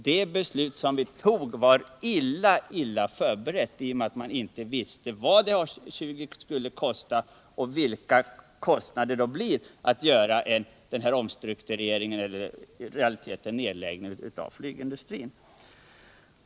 Det beslut som riksdagen fattade var illa förberett i och med att den inte visste vad A 20 skulle kosta och vilka kostnaderna skulle bli för en omstrukturering, eller i realiteten nedläggning, av flygindustrin.